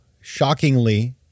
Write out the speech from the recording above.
shockingly